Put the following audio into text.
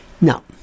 No